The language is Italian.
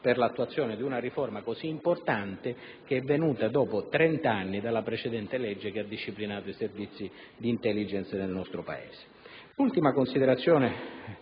per l'attuazione di una riforma così importante che è venuta dopo trent'anni dalla precedente legge che ha disciplinato i servizi di *intelligence* nel nostro Paese. L'ultima considerazione